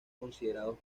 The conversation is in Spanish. considerados